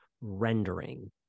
rendering